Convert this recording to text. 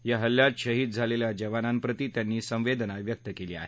या हल्ल्यात शहीद झालेल्या जवानांप्रती त्यांनी संवेदना व्यक्त केली आहे